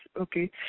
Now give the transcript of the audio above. okay